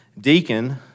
deacon